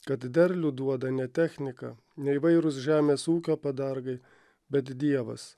kad derlių duoda ne technika neįvairūs žemės ūkio padargai bet dievas